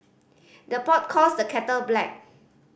the pot calls the kettle black